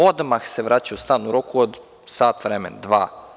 Odmah se vraća u stan, u roku od sat vremena, dva.